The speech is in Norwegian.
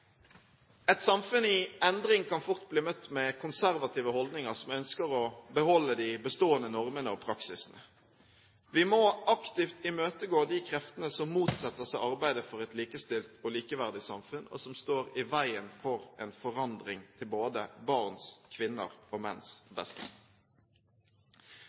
Et samfunn i endring kan fort bli møtt med konservative holdninger som ønsker å beholde de bestående normene og praksisene. Vi må aktivt imøtegå de kreftene som motsetter seg arbeidet for et likestilt og likeverdig samfunn, og som står i veien for en forandring til både barns, kvinners og menns